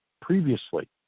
previously